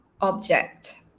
object